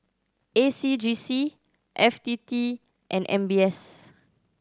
A C J C F T T and M B S